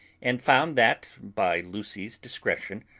and found that, by lucy's discretion,